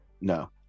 no